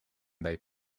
they